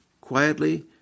quietly